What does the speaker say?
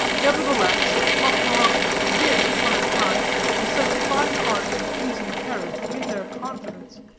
nevertheless, mocmohoc did, upon a time, with such fine art and pleasing carriage win their confidence,